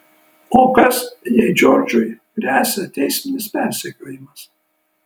o kas jei džordžui gresia teisminis persekiojimas